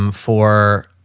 um for